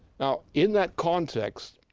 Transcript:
now, in that context,